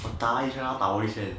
我打一下他打我一拳